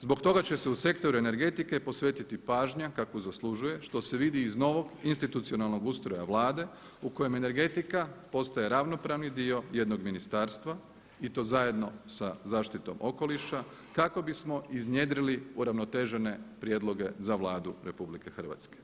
Zbog toga će se u sektor energetike posvetiti pažnja kakvu zaslužuje, što se vidi iz novog institucionalnog ustroja Vlade u kojem energetika postoje ravnopravni dio jednog ministarstva i to zajedno sa zaštitom okoliša kako bismo iznjedrili uravnotežene prijedloge za Vladu Republike Hrvatske.